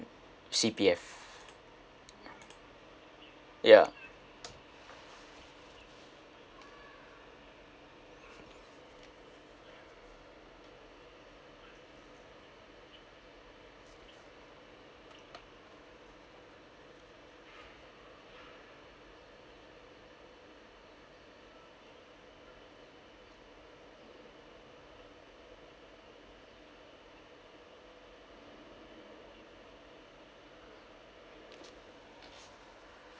C_P_F ya